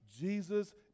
Jesus